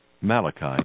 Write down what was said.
Malachi